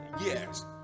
Yes